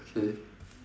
okay